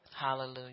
Hallelujah